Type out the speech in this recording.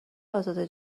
ازاده